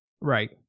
Right